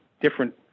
different